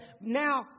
now